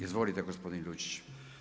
Izvolite gospodin Lučić.